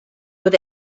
with